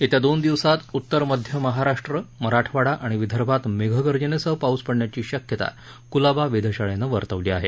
येत्या दोन दिवसात उत्तर मध्य महाराष्ट्र मराठवाडा आणि विदर्भात मेघगर्जनेसह पाऊस पडण्याची शक्यता क्लाबा वेधशाळेनं वर्तवली आहे